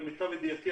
למיטב ידיעתי,